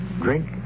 drink